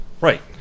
Right